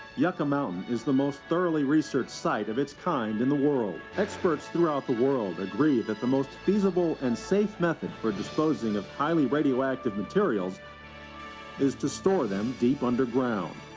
yucca mountain is the most thoroughly researched site of its kind in the world. experts throughout the world agree that the most feasible and safe method for disposing of highly radioactive materials is to store them deep underground.